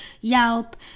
Yelp